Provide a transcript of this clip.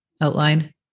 outline